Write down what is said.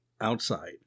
Outside